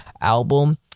album